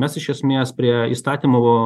mes iš esmės prie įstatymo